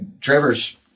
Trevor's